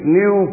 new